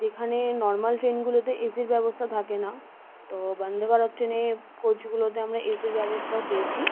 যেখানে নরমাল ট্রেনগুলোতে এ সির ব্যবস্থা থাকে না তো বন্দে ভারত ট্রেনের কোচগুলোতে আমরা এ সির ব্যবস্থাও পেয়েছি